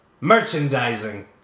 Merchandising